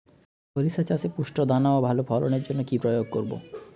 শরিষা চাষে পুষ্ট দানা ও ভালো ফলনের জন্য কি প্রয়োগ করব?